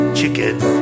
chickens